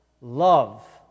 love